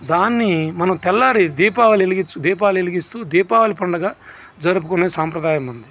దాన్ని మనం తెల్లారి దీపావళి వెలిగి దీపాలు వెలిగిస్తూ దీపావళి పండుగ జరుపుకునే సాంప్రదాయం మనది